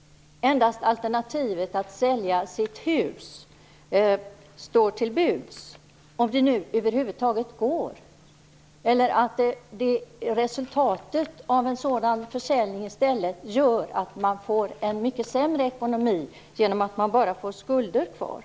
Endast alternativet att sälja sitt hus står till buds om det nu över huvud taget går. Resultatet av en sådan försäljning kan i stället göra att man får en mycket sämre ekonomi genom att man bara får skulder kvar.